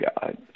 God